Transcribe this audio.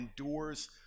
endures